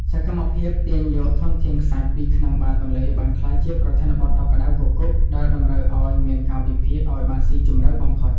សកម្មភាពទាញយកធនធានខ្សាច់ពីក្នុងបាតទន្លេបានក្លាយជាប្រធានបទដ៏ក្តៅគគុកដែលតម្រូវឱ្យមានការវិភាគឱ្យបានស៊ីជម្រៅបំផុត។